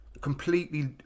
completely